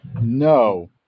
No